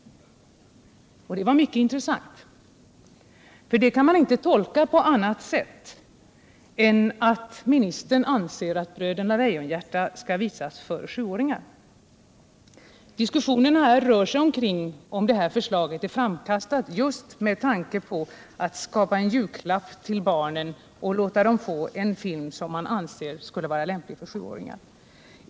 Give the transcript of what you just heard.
Det var mycket intressat. Det kan man inte tolka på annat sätt än så, att ministern anser att Bröderna Lejonhjärta skall visas för sjuåringar. Diskussionerna rör sig om huruvida det här förslaget är framkastat med tanke på att skapa en julklapp till barnen och låta dem se en film som man anser skulle vara lämplig för sjuåringar.